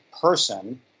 person